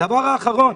דבר נוסף.